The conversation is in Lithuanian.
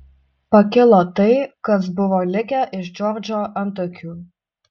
pakilo tai kas buvo likę iš džordžo antakių